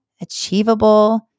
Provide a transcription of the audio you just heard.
achievable